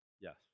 Yes